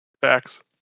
Facts